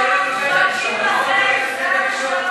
יש לך שלוש דקות להציג את הצעת החוק שלך.